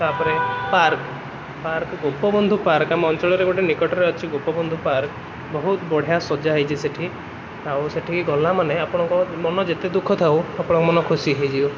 ତାପରେ park park Gopabandhu park ଆମ ଅଞ୍ଚଳରେ ଗୋଟେ ନିକଟରେ ଅଛି ଗୋପବନ୍ଧୁ ପାର୍କ ବହୁତ ବଢ଼ିଆ ସଜା ହେଇଛି ସେଇଠି ଆଉ ସେଠିକି ଗଲାମାନେ ଆପଣଙ୍କ ମନ ଯେତେ ଦୁଃଖ ଥାଉ ଆପଣଙ୍କ ମନ ଖୁସି ହେଇଯିବ